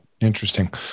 Interesting